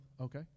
Okay